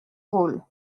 rôle